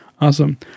awesome